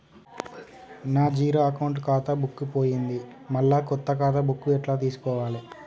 నా zero account ఖాతా book పోయింది మళ్ళా కొత్త ఖాతా బుక్కు ఎట్ల తీసుకోవాలే?